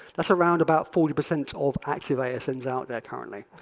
that's around about forty percent of active asns out there currently.